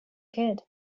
kid